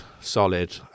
solid